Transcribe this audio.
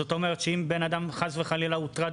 זאת אומרת שאם בן אדם חס וחלילה הוטרד